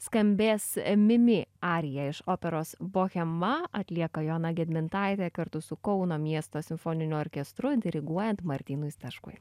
skambės mimi arija iš operos bohema atlieka joana gedmintaitė kartu su kauno miesto simfoniniu orkestru diriguojant martynui staškui